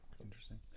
Interesting